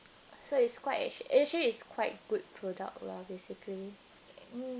so it's quite actually is quite good product lah basically